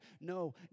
no